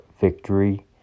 victory